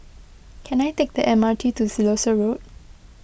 can I take the M R T to Siloso Road